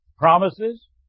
Promises